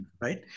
Right